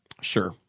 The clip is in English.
sure